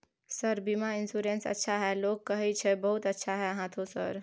Sir बीमा insurance अच्छा है लोग कहै छै बहुत अच्छा है हाँथो सर?